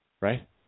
right